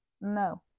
no